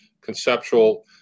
conceptual